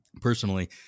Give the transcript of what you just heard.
personally